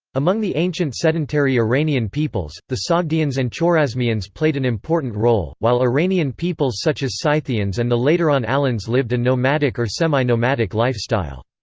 among the ancient sedentary iranian peoples, the sogdians and chorasmians played an important role, while iranian peoples such as scythians and the later on alans lived a nomadic or semi-nomadic lifestyle.